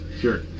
Sure